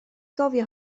gofio